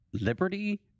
liberty